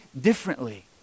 differently